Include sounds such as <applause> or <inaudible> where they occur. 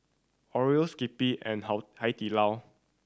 Oreo Skippy and <unintelligible> Hai Di Lao